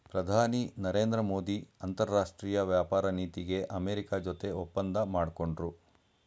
ಪ್ರಧಾನಿ ನರೇಂದ್ರ ಮೋದಿ ಅಂತರಾಷ್ಟ್ರೀಯ ವ್ಯಾಪಾರ ನೀತಿಗೆ ಅಮೆರಿಕ ಜೊತೆ ಒಪ್ಪಂದ ಮಾಡ್ಕೊಂಡ್ರು